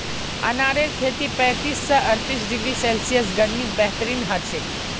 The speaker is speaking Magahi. अनारेर खेती पैंतीस स अर्तीस डिग्री सेल्सियस गर्मीत बेहतरीन हछेक